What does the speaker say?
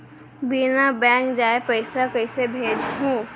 बिना बैंक जाए पइसा कइसे भेजहूँ?